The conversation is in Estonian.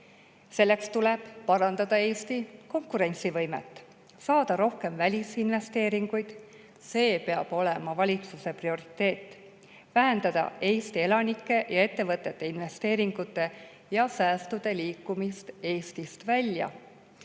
Selleks tuleb parandada Eesti konkurentsivõimet, saada rohkem välisinvesteeringuid. See peab olema valitsuse prioriteet: vähendada Eesti elanike ja ettevõtete investeeringute ja säästude liikumist Eestist välja,